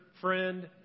friend